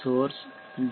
source D